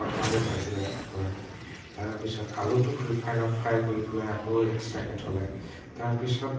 প্ৰথমতে ভাজিলে থ'লে তাৰপিছত আলুটো ৰিফাইনত ফ্ৰাই কৰি পেলাই আকৌ এক্সট্ৰাকে থ'লে তাৰপিছত